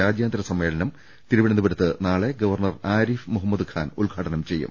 രാജ്യാന്തര സമ്മേളനം തിരുവനന്തപുരത്ത് നാളെ ഗവർണർ ആരിഫ് മുഹ മ്മദ് ഖാൻ ഉദ്ഘാടനം ചെയ്യും